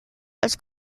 als